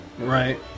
Right